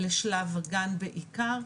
לבין שלב הגן בעיקר.